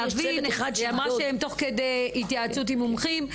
היא אמרה שהם תוך כדי התייעצות מומחים,